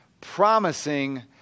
promising